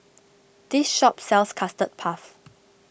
this shop sells Custard Puff